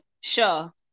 Sure